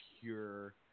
pure